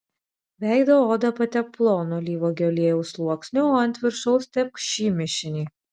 veido odą patepk plonu alyvuogių aliejaus sluoksniu o ant viršaus tepk šį mišinį